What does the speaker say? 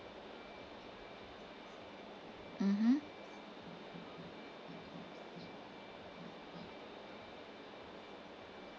mmhmm